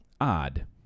odd